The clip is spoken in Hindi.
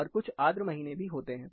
और कुछ आद्र महीने भी होते हैं